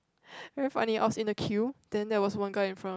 very funny I was in the queue then there was one guy in front of